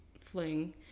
fling